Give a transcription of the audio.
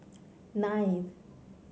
nine